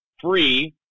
free